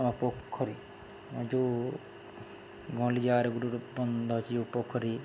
ପୋଖରୀ ଯେଉଁ ଗହଲି ଜାଗାରୁ ଗୁଟେ ଗୁଟେ ବନ୍ଦ ଅଛି ଯେଉଁ ପୋଖରୀ